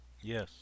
yes